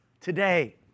today